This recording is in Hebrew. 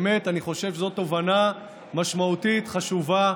באמת, אני חושב שזאת תובנה משמעותית חשובה.